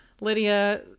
Lydia